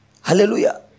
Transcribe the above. Hallelujah